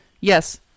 Yes